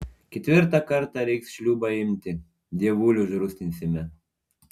ketvirtą kartą reiks šliūbą imti dievulį užrūstinsime